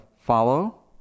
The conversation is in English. follow